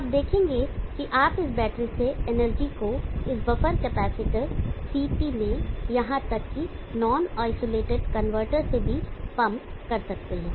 तो आप देखेंगे कि आप इस बैटरी से एनर्जी को इस बफर कैपेसिटर CT में यहां तक कि नॉन आइसोलेटेड कन्वर्टर से भी पंप कर सकते हैं